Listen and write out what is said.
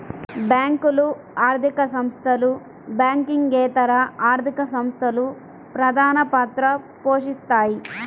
బ్యేంకులు, ఆర్థిక సంస్థలు, బ్యాంకింగేతర ఆర్థిక సంస్థలు ప్రధానపాత్ర పోషిత్తాయి